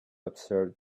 observe